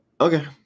okay